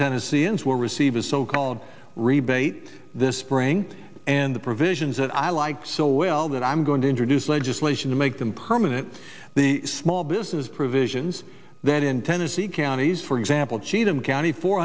tennesseans will receive a so called rebate this spring and the provisions that i like so well that i'm going to introduce legislation to make them permanent the small business provisions that in tennessee counties for example cheatham county four